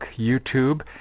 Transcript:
YouTube